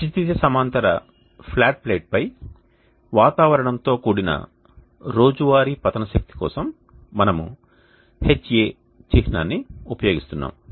క్షితిజ సమాంతర flat plate పై వాతావరణంతో కూడిన రోజువారీ పతన శక్తి కోసం మనము Ha చిహ్నాన్ని ఉపయోగిస్తున్నాము